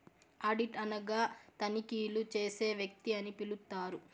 audit అనగా తనిఖీలు చేసే వ్యక్తి అని పిలుత్తారు